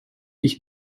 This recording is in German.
ich